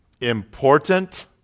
important